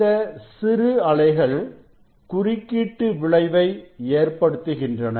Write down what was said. இந்த சிறு அலைகள் குறுக்கீட்டு விளைவு ஏற்படுத்துகின்றன